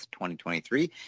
2023